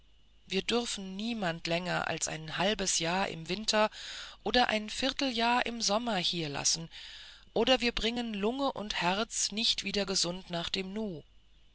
wir dürfen niemand länger als ein halbes jahr im winter oder ein vierteljahr im sommer hier lassen oder wir bringen lungen und herz nicht wieder gesund nach dem nu